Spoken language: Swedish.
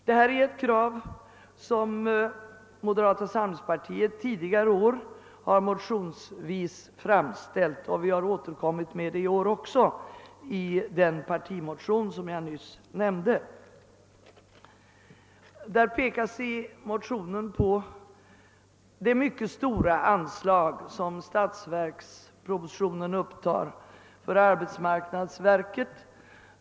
Detta är ett krav som moderata samlingspartiet tidigare år motionsvis har framställt och vi har återkommit till yrkandet även i år i den partimotion jag nyss nämnde. I motionen pekas på det mycket stora anslag som statsverkspropositionen upptar för arbetsmarknadsverket.